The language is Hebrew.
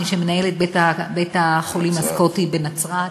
מי שמנהל את בית-החולים הסקוטי בנצרת.